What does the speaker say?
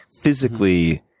physically